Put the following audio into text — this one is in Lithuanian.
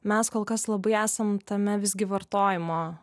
mes kol kas labai esam tame visgi vartojimo